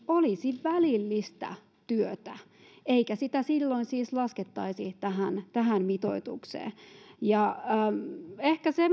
olisi välillistä työtä eikä sitä silloin siis laskettaisi tähän tähän mitoitukseen ehkä se